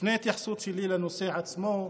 לפני ההתייחסות שלי לנושא עצמו,